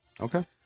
Okay